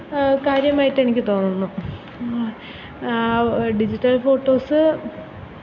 കാര്യമായിട്ട് എനിക്ക് തോന്നുന്നു ഡിജിറ്റൽ ഫോട്ടോസ്